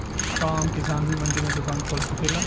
का आम किसान भी मंडी में दुकान खोल सकेला?